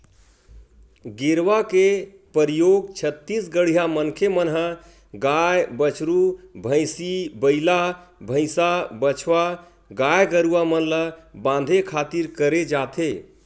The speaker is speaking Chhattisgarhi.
गेरवा के परियोग छत्तीसगढ़िया मनखे मन ह गाय, बछरू, भंइसी, बइला, भइसा, बछवा गाय गरुवा मन ल बांधे खातिर करे जाथे